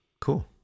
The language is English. Cool